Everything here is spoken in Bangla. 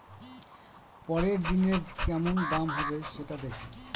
পরের দিনের কেমন দাম হবে, সেটা দেখে